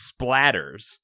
splatters